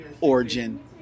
origin